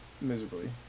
miserably